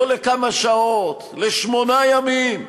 לא לכמה שעות, לשמונה ימים שלמים,